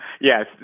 Yes